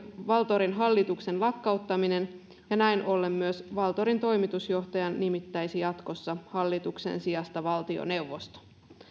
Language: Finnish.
valtorin hallituksen lakkauttaminen ja näin ollen myös valtorin toimitusjohtajan nimittäisi jatkossa hallituksen sijasta valtioneuvosto